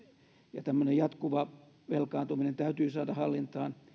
ja tämmöinen jatkuva velkaantuminen täytyy saada hallintaan